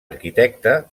arquitecte